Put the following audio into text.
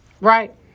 right